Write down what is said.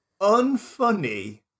unfunny